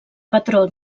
patró